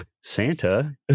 Santa